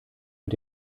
mit